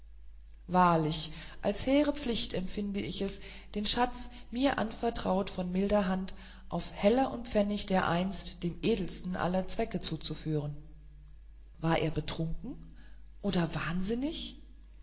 wahrlich als hehre pflicht empfinde ich es den schatz mir anvertraut von milder hand auf heller und pfennig dereinst dem edelsten aller zwecke zuzuführen war er betrunken oder wahnsinnig